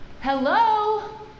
Hello